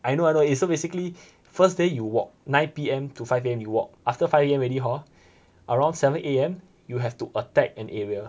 I know I know it's so basically first day you walk nine P_M to five A_M you walk after five A_M already hor around seven A_M you have to attack an area